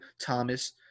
Thomas